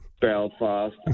Belfast